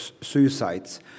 suicides